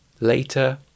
Later